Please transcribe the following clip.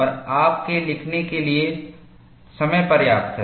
और आपके लिखने के लिए समय पर्याप्त है